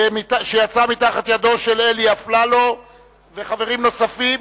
שיצאה מתחת ידם של אלי אפללו וחברים נוספים,